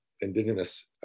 indigenous